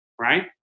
Right